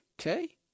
okay